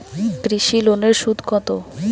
কৃষি লোনের সুদ কত?